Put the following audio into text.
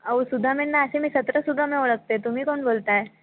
अहो सुदामेंना असे मी सतरा सुदामे ओळखते तुम्ही कोण बोलत आहे